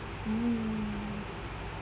mm